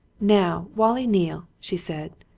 now, wallie neale! she said,